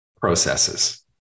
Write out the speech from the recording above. processes